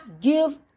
give